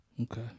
Okay